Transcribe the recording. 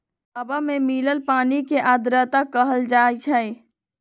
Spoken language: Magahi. हवा में मिलल पानी के आर्द्रता कहल जाई छई